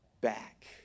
back